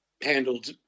handled